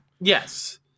Yes